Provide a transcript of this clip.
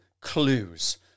clues